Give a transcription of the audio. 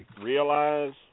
realize